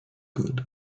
good